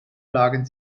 plagen